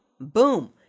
Boom